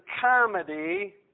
comedy